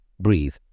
breathe